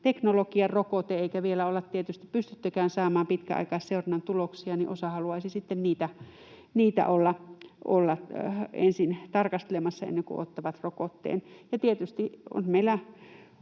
teknologian rokote eikä vielä olla tietysti pystyttykään saamaan pitkäaikaisseurannan tuloksia, niin osa haluaisi niitä olla ensin tarkastelemassa, ennen kuin ottaa rokotteen. Ja tietysti on meillä